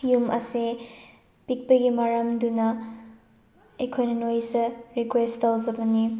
ꯌꯨꯝ ꯑꯁꯦ ꯄꯤꯛꯄꯒꯤ ꯃꯔꯝꯗꯨꯅ ꯑꯩꯈꯣꯏꯅ ꯅꯣꯏꯁꯦ ꯔꯤꯀ꯭ꯋꯦꯁ ꯇꯧꯖꯕꯅꯤ